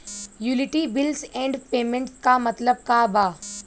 Utility bills and payments क मतलब का बा?